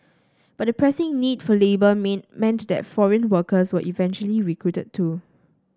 but the pressing need for labour mean meant that foreign workers were eventually recruited too